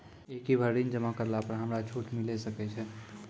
एक ही बार ऋण जमा करला पर हमरा छूट मिले सकय छै?